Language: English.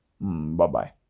Bye-bye